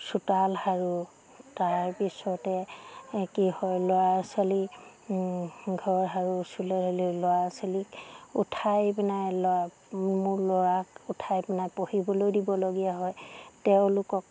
চোতাল সাৰোঁ তাৰপিছতে কি হয় ল'ৰা ছোৱালী ঘৰ সাৰোঁ উঠিবলৈ হ'লে ল'ৰা ছোৱালীক উঠাই পিনে ল'ৰা মোৰ ল'ৰাক উঠাই পিনে পঢ়িবলৈ দিবলগীয়া হয় তেওঁলোকক